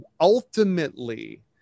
ultimately